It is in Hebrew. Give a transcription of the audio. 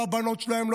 לא הבנות שלהם,